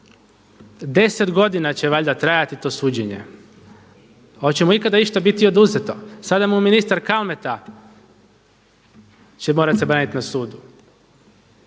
Deset godina će valjda trajati to suđenje. Hoće li mu ikada išta biti oduzeto? Sada mu ministar Kalmeta će morati se braniti na sudu.